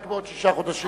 רק בעוד שישה חודשים תוכלי,